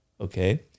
okay